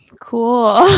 Cool